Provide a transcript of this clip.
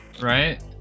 right